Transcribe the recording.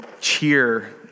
cheer